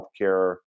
healthcare